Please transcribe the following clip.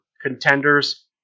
contenders